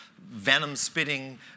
venom-spitting